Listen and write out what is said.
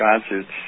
concerts